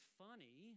funny